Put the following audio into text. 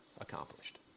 accomplished